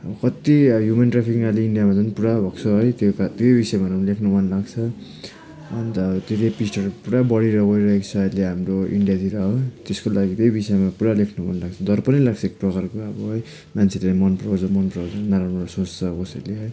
कति human trafficking अहिले इन्डियामा झन् पुरा भएको छ है त्यो त्यो विषयको बारेमा लेख्नु मनलाग्छ अन्त त्यो रेपिस्टहरू पुरा बढेर गइरहेको छ अहिले हाम्रो इन्डियातिर है त्यसको लागि त्यही विषयमा पुरा लेख्नु मनलाग्छ डर पनि लाग्छ एक प्रकारको अब है मान्छेले मनपराउँछ मनपराउँदैन नराम्रो सोच्छ कसैले है